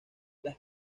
las